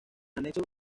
anexo